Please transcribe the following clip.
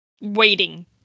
waiting